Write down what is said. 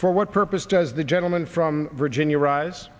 for what purpose does the gentleman from virginia rise